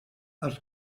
els